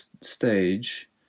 stage